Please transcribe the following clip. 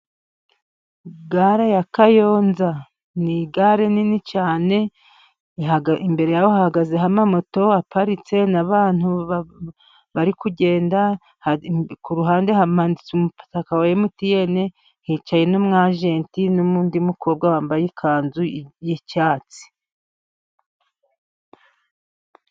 Gare ya Kayonza ni gare nini cyane imbere yaho hahagazeho amamoto aparitse n'abantu bari kugenda, ku ruhande hamanitse umutaka wa emutiyene hicaye n' umwajenti n'undi mukobwa wambaye ikanzu y'icyatsi.